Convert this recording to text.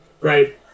Right